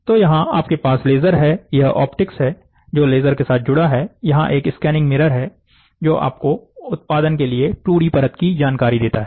तो यहां आपके पास लेजर है यह ऑप्टिक्स है जो लेजर के साथ जुडा है यहाँ एक स्कैनिंग मिरर है जो आपको उत्पादन के लिए 2 D परत की जानकारी देता है